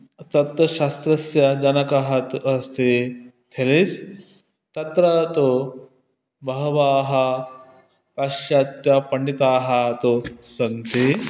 तत्त्वशास्त्रस्य जनकः तु अस्ति थेलिस् तत्र तु बहवाः पाश्चात्यपण्डिताः तु सन्ति